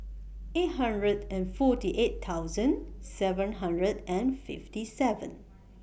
eight hundred and forty eight thousand seven hundred and fifty seven